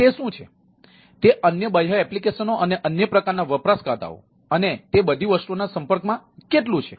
તે શું છે અને તે અન્ય બાહ્ય એપ્લિકેશનો અને અન્ય પ્રકારના વપરાશકર્તાઓ અને તે બધી વસ્તુઓના સંપર્કમાં કેટલું છે